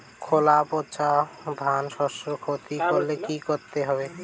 খোলা পচা ধানশস্যের ক্ষতি করলে কি করতে হবে?